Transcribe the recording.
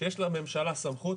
שיש לממשלה סמכות